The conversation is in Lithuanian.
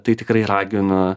tai tikrai raginu